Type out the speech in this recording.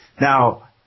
Now